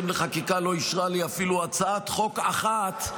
לחקיקה לא אישרה לי אפילו הצעת חוק אחת,